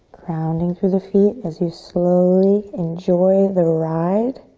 grounding through the feet as you slowly enjoy the ride